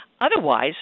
Otherwise